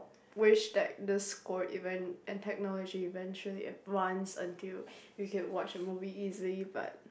wish that the score event and technology event should advance until we can watch movie easily